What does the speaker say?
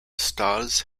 stars